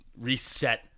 reset